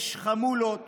יש חמולות